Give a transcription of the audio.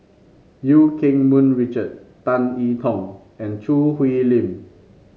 Eu Keng Mun Richard Tan I Tong and Choo Hwee Lim